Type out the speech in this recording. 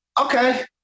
Okay